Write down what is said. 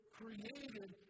created